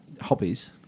hobbies